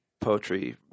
poetry